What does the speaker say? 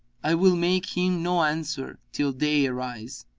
i will make him no answer till day arise.